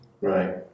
Right